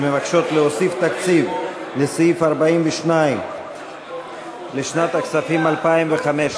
שמבקשות להוסיף תקציב לסעיף 42 לשנת 2015 לא התקבלו.